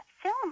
Film